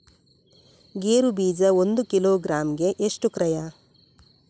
ಗೇರು ಬೀಜ ಒಂದು ಕಿಲೋಗ್ರಾಂ ಗೆ ಎಷ್ಟು ಕ್ರಯ?